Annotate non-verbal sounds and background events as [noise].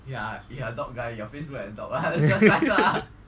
[laughs]